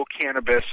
cannabis